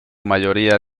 mayoría